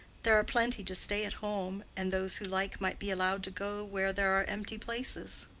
there are plenty to stay at home, and those who like might be allowed to go where there are empty places.